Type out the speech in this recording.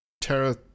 Terra